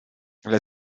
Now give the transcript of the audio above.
ale